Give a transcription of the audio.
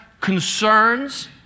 concerns